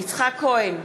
יצחק כה ן,